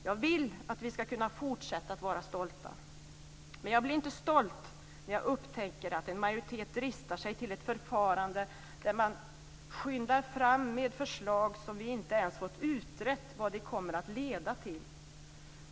Jag vill att vi ska kunna fortsätta att vara stolta. Men jag blir inte stolt när jag upptäcker att en majoritet dristar sig till ett förfarande där man skyndar fram med förslag som vi inte ens fått utrett vad det kommer att leda till.